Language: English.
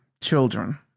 children